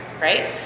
right